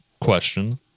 question